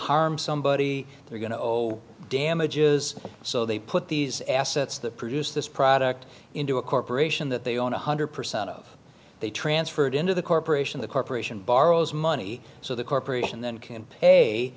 harm somebody they're going to owe damages so they put these assets that produce this product into a corporation that they own one hundred percent of they transferred into the corporation the corporation borrows money so the corporation then can pay